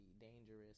dangerous